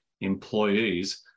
employees